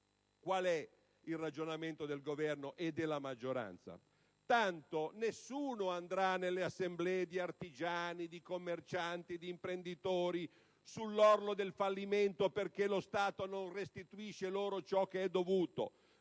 Il ragionamento del Governo e della maggioranza è stato di considerare che nessuno andrà nelle assemblee di artigiani, commercianti, imprenditori sull'orlo del fallimento perché lo Stato non restituisce loro ciò che è dovuto,